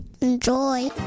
Enjoy